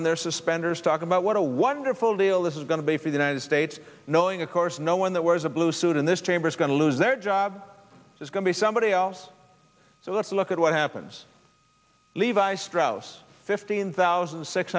in there suspenders talking about what a wonderful deal this is going to be for the united states knowing of course no one that wears a blue suit in this chamber is going to lose their job it's going to be somebody else so let's look at what happens levi strauss fifteen thousand six